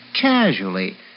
Casually